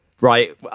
right